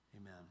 Amen